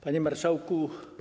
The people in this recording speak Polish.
Panie Marszałku!